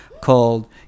called